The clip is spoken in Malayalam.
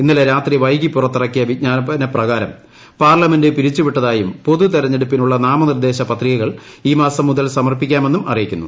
ഇന്നലെ രാത്രി വൈകി പുറത്തിറക്കിയ വിജ്ഞാപന പ്രകാരം പാർലമെന്റ് പിരിച്ചുവിട്ടതായും പൊതുതെരഞ്ഞടുപ്പിനുള്ള നാമനിർദ്ദേശ പത്രികകൾ ഈ മാസം മുതൽ സമർപ്പിക്കാമെന്നും അറിയിക്കുന്നു